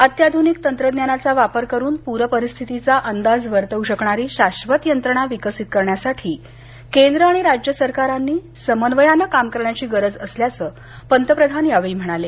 अत्याधुनिक तंत्रज्ञानाचा वापर करून पूर परिस्थितीचा अंदाज वर्तवू शकणारी शाश्वत यंत्रणा विकसित करण्यासाठी केंद्र आणि राज्य सरकारांनी समन्वयानं काम करण्याची गरज असल्याचं पंतप्रधान यावेळी म्हणाले